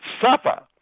Suffer